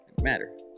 matter